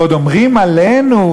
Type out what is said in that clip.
ועוד אומרים עלינו,